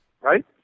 right